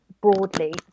broadly